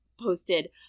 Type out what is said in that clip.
posted